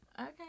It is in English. Okay